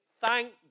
thank